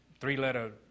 Three-letter